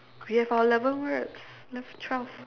we have our eleven words left twelve